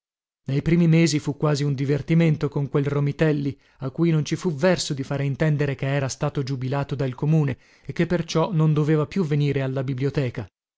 nei primi mesi fu un divertimento con quel romitelli a cui non ci fu verso di fare intendere che era stato giubilato dal comune e che per ciò non doveva più venire alla biblioteca